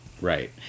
Right